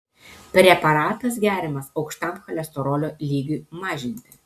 preparatas geriamas aukštam cholesterolio lygiui mažinti